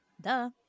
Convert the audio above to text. Duh